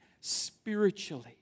spiritually